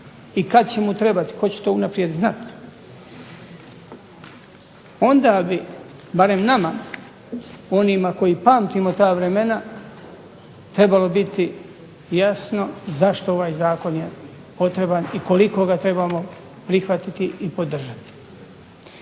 i kad će mu trebati tko će to unaprijed znati, onda bi barem nama, onima koji pamtimo ta vremena trebalo biti jasno zašto ovaj zakon je potreban i koliko ga trebamo prihvatiti i podržati.